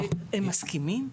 הם מסכימים?